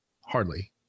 hardly